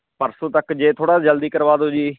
ਪਰਸੋਂ ਤੱਕ ਜੇ ਥੋੜ੍ਹਾ ਜਲਦੀ ਕਰਵਾ ਦਿਓ ਜੀ